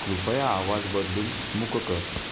कृपया आवाज बदलून मूक कर